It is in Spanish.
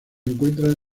encuentra